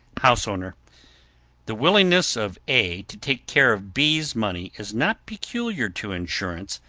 house owner the willingness of a to take care of b's money is not peculiar to insurance,